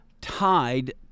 tied